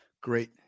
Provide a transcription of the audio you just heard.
Great